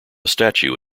statue